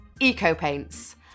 eco-paints